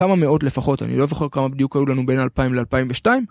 כמה מאות לפחות, אני לא זוכר כמה בדיוק היו לנו בין 2000 ל-2002